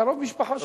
קרוב משפחה שלו?